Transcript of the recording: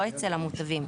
לא אצל המוטבים.